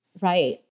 Right